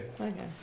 Okay